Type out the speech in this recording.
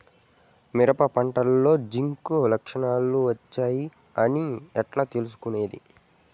మిరప పంటలో జింక్ లక్షణాలు వచ్చాయి అని ఎట్లా తెలుసుకొనేది?